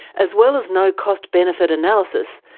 as well as no cost benefit analysis,